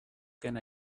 can